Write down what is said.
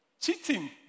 Cheating